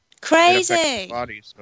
Crazy